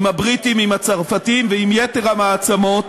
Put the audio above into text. עם הבריטים, עם הצרפתים ועם יתר המעצמות,